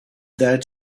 that